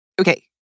okay